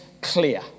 clear